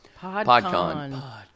PodCon